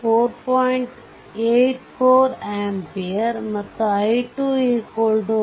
8 4 ampere ಮತ್ತು i2 10